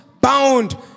bound